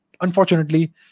unfortunately